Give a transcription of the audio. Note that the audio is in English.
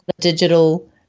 digital